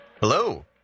Hello